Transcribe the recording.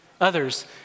Others